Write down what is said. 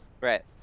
Right